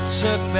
took